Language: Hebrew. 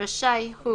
רשאי הוא,